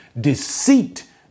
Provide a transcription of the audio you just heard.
deceit